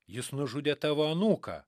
jis nužudė tavo anūką